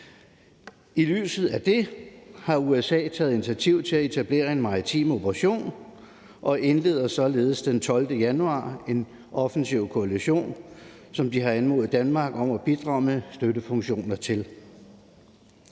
I lyset af det har USA taget initiativ til at etablere en maritim operation og indledte således den 12. januar en offensiv koalition, som de har anmodet Danmark om at bidrage med støttefunktioner til.